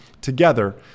together